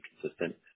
consistent